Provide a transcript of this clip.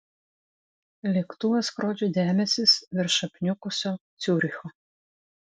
lėktuvas skrodžia debesis virš apniukusio ciuricho